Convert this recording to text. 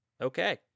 Okay